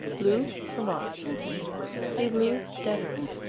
bleu, fromage see bleu d'auvergne.